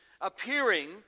appearing